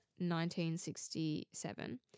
1967